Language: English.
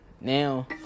Now